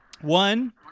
One